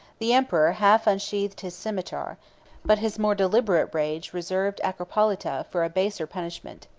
the emperor half unsheathed his cimeter but his more deliberate rage reserved acropolita for a baser punishment.